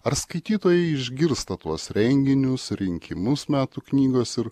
ar skaitytojai išgirsta tuos renginius rinkimus metų knygos ir